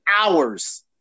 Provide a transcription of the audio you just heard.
hours